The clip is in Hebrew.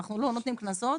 אנחנו לא נותנים קנסות,